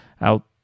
out